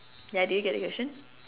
ya did you get the question